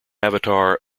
avatar